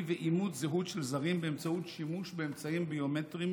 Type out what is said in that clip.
ואימות זהות של זרים באמצעות שימוש באמצעים ביומטריים